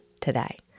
today